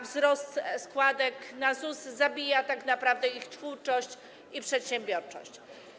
Wzrost składek na ZUS zabija tak naprawdę ich twórczość i przedsiębiorczość.